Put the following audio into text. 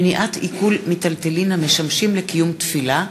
(מניעת עיקול מיטלטלין המשמשים לקיום תפילה),